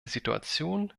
situation